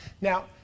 Now